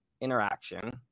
interaction